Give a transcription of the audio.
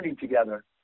together